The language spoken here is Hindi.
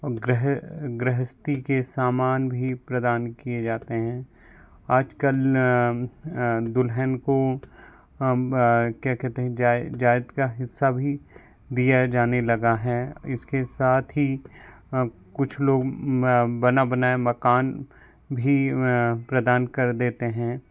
औ ग्रह गृहस्ती के सामान भी प्रदान किए जाते हैं आजकल दुल्हन को क्या कहते हैं जायत का हिस्सा भी दिया जाने लगा है इसके साथ ही कुछ लोग बना बनाया मकान भी प्रदान कर देते हैं